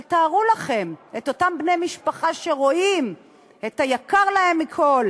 אבל תארו לכם את אותם בני משפחה שרואים את היקר להם מכול